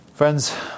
Friends